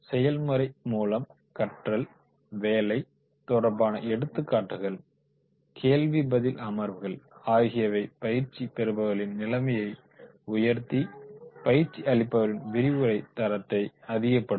செயல் முறை மூலம் கற்றல் வேலை தொடர்பான எடுத்துக்காட்டுகள் கேள்வி பதில் அமர்வுகள் ஆகியவை பயிற்சி பெறுபவர்களின் நிலையை உயர்த்தி பயிற்சி அளிப்பவரின் விரிவுரைத் தரத்தை அதிகப்படுத்தும்